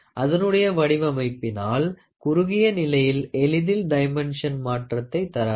அதனுடைய வடிவமைப்பினால் குறுகிய நிலையில் எளிதில் டைமென்ஷன் மாற்றத்தைத் தராது